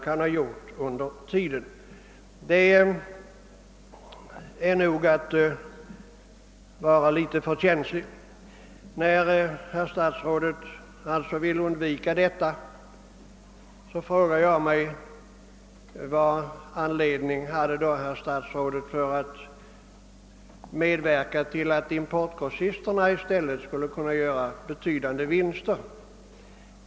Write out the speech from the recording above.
Jag frågar mig vad statsrådet hade för anledning att medverka till att importgrossisterna skulle kunna göra betydande vinster.